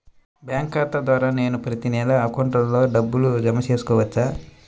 Bank ఖాతా ద్వారా నేను ప్రతి నెల అకౌంట్లో డబ్బులు జమ చేసుకోవచ్చా?